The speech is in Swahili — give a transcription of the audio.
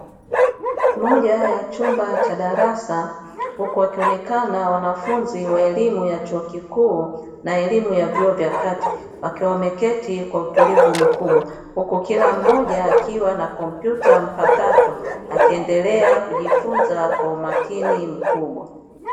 Moja ya chumba cha darasa huku wakionekana wanafunzi wa elimu ya chuo kikuu na elimu ya vyuo vya kati, wakiwa wameketi kwa utulivu mkubwa, huku kila mmoja akiwa na kompyuta mpakato akiendelea kujifunza kwa umakini mkubwa.